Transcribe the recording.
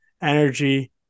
energy